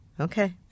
Okay